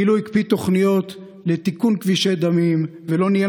אילו הקפיא תוכניות לתיקון כבישי דמים ולא ניהל